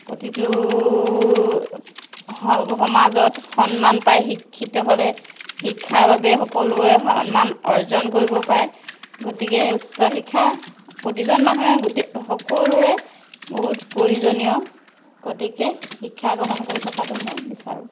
প্ৰতিটো স সমাজত সন্মান পায় শিক্ষিত হ'লে শিক্ষাৰ বাবে সকলোৱে সন্মান অৰ্জন কৰিব পাৰে গতিকে উচ্চ শিক্ষা প্ৰতিজন মানুহে গোটেই সকলোৱে বহুত প্ৰয়োজনীয় গতিকে শিক্ষা গ্ৰহণ কৰি থকাতো মই বিচাৰোঁ